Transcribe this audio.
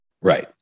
Right